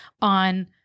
on